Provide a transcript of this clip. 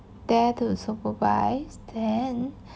there to supervise then